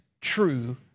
true